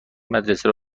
مدرسه